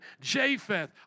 Japheth